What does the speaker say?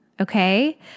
Okay